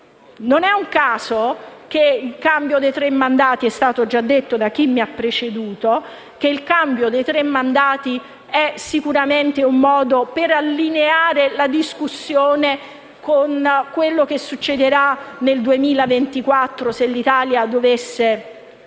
Non è un caso che il cambio dei tre mandati, è stato già detto da chi mi ha preceduto, sia sicuramente un modo per allineare la discussione con quello che accadrà nel 2024 se Roma dovesse